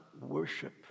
worship